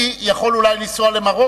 אני אולי יכול לנסוע למרוקו.